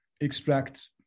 extract